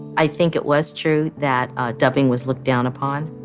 i think it was true that dubbing was looked down upon,